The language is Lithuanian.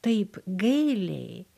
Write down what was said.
taip gailiai